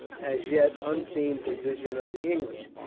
as yet, unseen position of the english.